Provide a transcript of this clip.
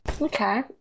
Okay